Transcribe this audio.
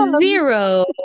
Zero